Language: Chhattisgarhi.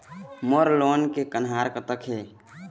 मोर लोन के कन्हार कतक हे?